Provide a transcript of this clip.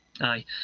aye